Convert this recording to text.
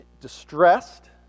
distressed